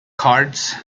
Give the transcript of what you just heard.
cards